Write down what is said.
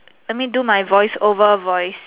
let me do my voice over voice